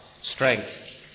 strength